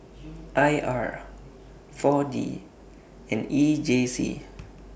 I R four D and E J C